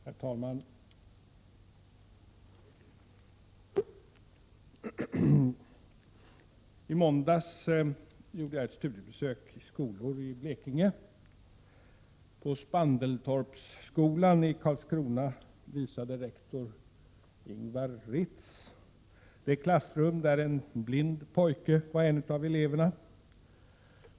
Herr talman! I måndags gjorde jag studiebesök i skolor i Blekinge. På Spandelstorpsskolan i Karlskrona visade rektor Ingvar Ritz det klassrum där en blind pojke var en av eleverna.